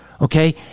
Okay